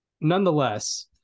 Nonetheless